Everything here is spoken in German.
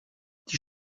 die